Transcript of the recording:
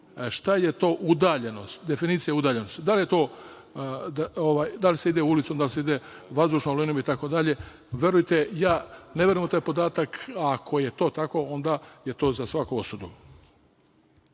šta je to udaljenost, definicija udaljenosti, da li je to da se ide ulicom, da li se ide vazdušnom linijom itd. Verujte, ja ne verujem u taj podatak, ako je to tako onda je to za svaku